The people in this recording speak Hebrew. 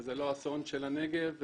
או אסון של הנגב,